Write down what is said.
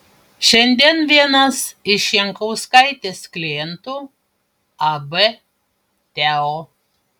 šiandien vienas iš jankauskaitės klientų ab teo